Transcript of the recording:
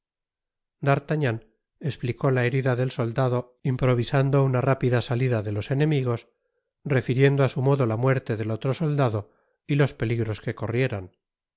d'artagnan esplicó la herida del soldado improvisando una rápida salida de los enemigos refiriendo á su modo la muerte del otro soldado y los peligros que corrieran